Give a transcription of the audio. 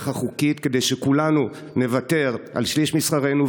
החוקית כדי שכולנו נוותר על שליש משכרנו,